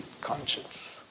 conscience